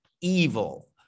evil